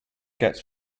gets